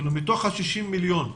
מתוך ה-60 מיליון,